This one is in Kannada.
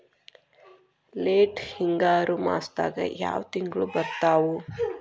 ಲೇಟ್ ಹಿಂಗಾರು ಮಾಸದಾಗ ಯಾವ್ ತಿಂಗ್ಳು ಬರ್ತಾವು?